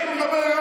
לקללות של,